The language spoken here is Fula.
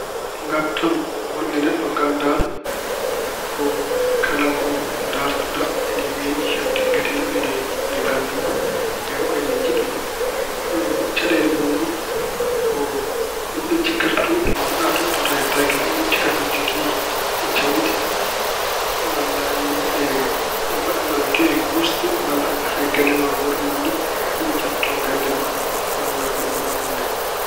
Ngaartam wonde neɗɗo ganndaaɗo ko kala ko ndaartuɗa ine weeɓi heɓde. Ngati yimɓe ine nganndu ma. Heewɓe ina njiɗ ma. Caɗeele mun noon ko yimɓe jikkata to, e to ngonɗa to, a yettaaki tawetee a yettaaki toon. Yimɓe cikka ko aɗa jogii jawdi. Malla yimɓe mbaɗma geɗe muusɗe malla hay galle ma hoore mum ni. Yimɓe ƴatto galle malla hono mun e hono mun en.